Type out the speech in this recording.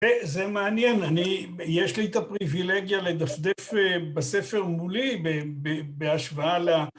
זה מעניין, אני יש לי את הפריווילגיה לדפדף בספר מולי בהשוואה ל...